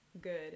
Good